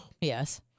yes